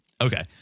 Okay